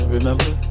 remember